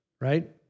right